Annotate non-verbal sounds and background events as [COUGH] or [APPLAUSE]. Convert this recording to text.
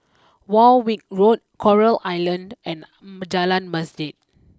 Warwick Road Coral Island and [NOISE] Jalan Masjid